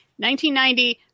1990